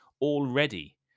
Already